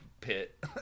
pit